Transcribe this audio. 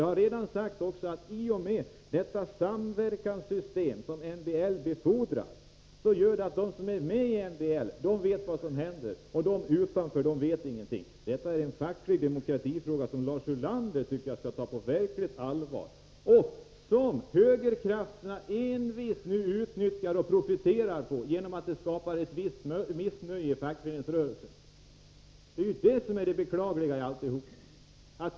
Jag har redan sagt att det samverkanssystem som MBL befordrar gör att de som är med i MBL-arbetet vet vad som händer, medan de utanför inte vet någonting. Detta är en facklig demokratifråga, som inte minst Lars Ulander skall ta på verkligt allvar. Denna uppdelning profiterar nu högerkrafterna envist på genom att den skapar ett missnöje i fackföreningsrörelsen. Det är ju det som är det beklagliga.